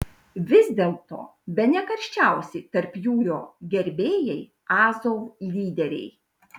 vis dėlto bene karščiausi tarpjūrio gerbėjai azov lyderiai